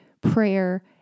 prayer